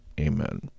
Amen